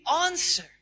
answer